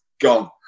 gone